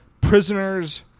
prisoners